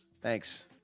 Thanks